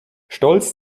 stolz